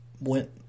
went